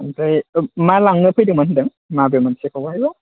ओमफ्राय मा लांनो फैदोंमोन होनदों माबे मोनसेखौ